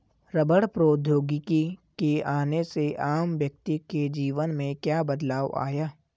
रबड़ प्रौद्योगिकी के आने से आम व्यक्ति के जीवन में क्या बदलाव आया?